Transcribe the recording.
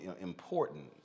important